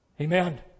Amen